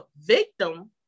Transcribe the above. victim